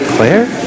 Claire